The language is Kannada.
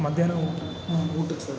ಮಧ್ಯಾಹ್ನ ಊಟ ಊಟಕ್ಕೆ ಸರ್